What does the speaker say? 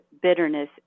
bitterness